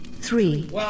Three